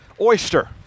oyster